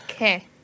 Okay